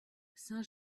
saint